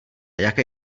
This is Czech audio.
jaké